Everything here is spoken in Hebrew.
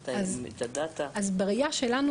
בראייה האסטרטגית,